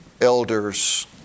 elders